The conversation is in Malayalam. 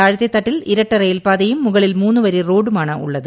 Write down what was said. താഴത്തെ തട്ടിൽ ഇരട്ട റയിൽപാതയും മുകളിൽ ്മൂന്ന് വരി റോഡുമാണുള്ളത്